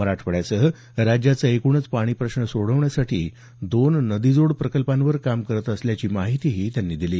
मराठवाड्यासह राज्याचा एकूणच पाणी प्रश्न सोडवण्यासाठी दोन नदीजोड प्रकल्पांवर काम करत असल्याची माहितीही त्यांनी दिली